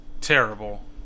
terrible